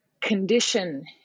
condition